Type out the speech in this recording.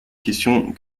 question